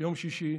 ביום שישי,